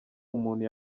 umuntu